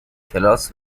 کلاس